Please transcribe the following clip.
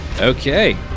Okay